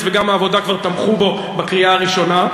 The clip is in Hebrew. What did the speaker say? וגם העבודה כבר תמכו בו בקריאה הראשונה.